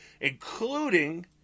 including